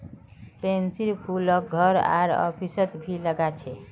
पैन्सीर फूलक घर आर ऑफिसत भी लगा छे